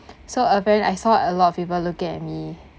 so I saw a lot of people looking at me